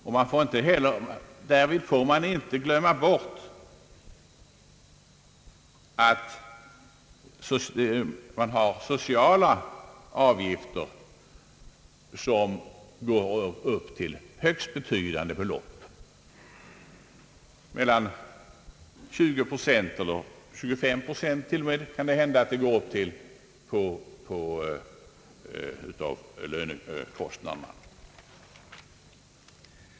Vi får heller icke glömma bort att företagen har sociala avgifter som går upp till högst betydande belopp, nämligen till mellan 20 och 25 procent av lönekostnaderna.